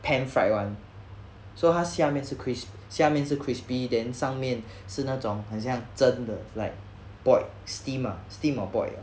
pan fried [one] so 它下面是 crisp 下面是 crispy then 上面是那种很像真的 like boil steam ah steamed or boiled